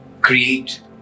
create